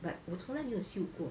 but 我从来没有嗅过